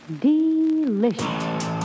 Delicious